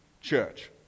church